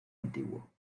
antiguo